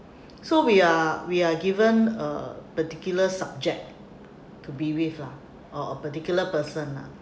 so we are we are given a particular subject to be with lah or a particular person lah